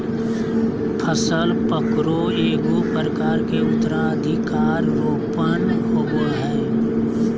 फसल पकरो एगो प्रकार के उत्तराधिकार रोपण होबय हइ